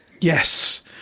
Yes